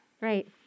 Right